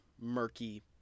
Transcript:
murky